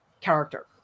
character